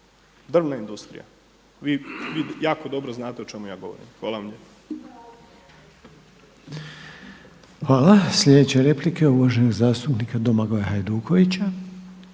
drvna industrija vi jako dobro znate o čemu ja govorim. Hvala vam lijepa. **Reiner, Željko (HDZ)** Hvala. Sljedeća replika je uvaženog zastupnika Domagoja Hajdukovića.